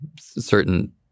certain